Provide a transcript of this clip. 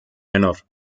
menor